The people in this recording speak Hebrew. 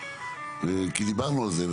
כי דיברנו על זה,